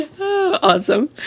Awesome